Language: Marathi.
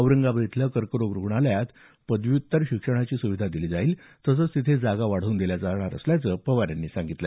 औरंगाबाद कर्करोग रुग्णालयात पदव्युत्तर शिक्षणाची सुविधी दिली जाईल तसंच तिथे जागा वाढवून दिल्या जाणार असल्याचं पवार यांनी सांगितलं